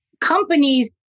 companies